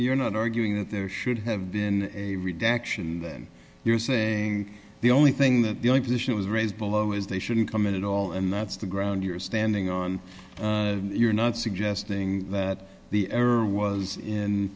you're not arguing that there should have been a reduction you're saying the only thing that the only position was raised below is they shouldn't come in at all and that's the ground you're standing on you're not suggesting that the error was in